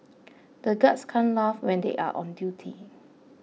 the guards can't laugh when they are on duty